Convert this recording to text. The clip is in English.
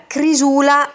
Crisula